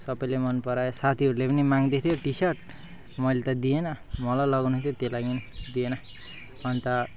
सबैले मनपरायो साथीहरूले पनि माग्दै थियो टिसर्ट मैले त दिइनँ मलाई लगाउनु थियो त्यो लागि दिइनँ अन्त